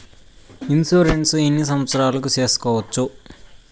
Insurance ఎన్ని సంవత్సరాలకు సేసుకోవచ్చు?